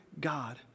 God